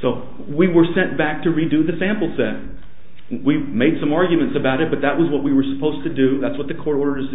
so we were sent back to redo the samples and we made some arguments about it but that was what we were supposed to do that's what the court orders to